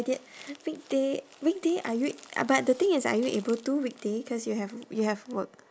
did weekday weekday are you are but the thing is are you able to weekday cause you have you have work